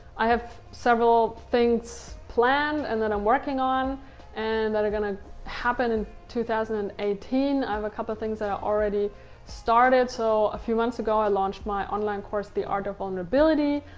i have several things planned and that i'm working on and that are gonna happen in two thousand and eighteen. i have a couple things that i already started. so a few months ago i launched my online course, the art of vulnerability.